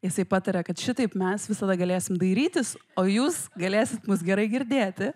jisai pataria kad šitaip mes visada galėsim dairytis o jūs galėsit mus gerai girdėti